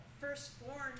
firstborn